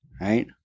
Right